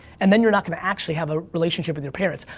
and then, you're not gonna actually have a relationship with your parents.